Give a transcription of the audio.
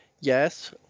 yes